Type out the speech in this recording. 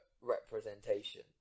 representation